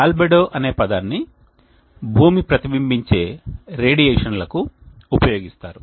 albedo అనే పదాన్ని భూమి ప్రతిబింబించే రేడియేషన్లకు ఉపయోగిస్తారు